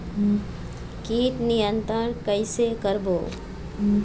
कीट नियंत्रण कइसे करबो?